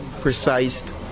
precise